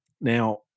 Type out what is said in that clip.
Now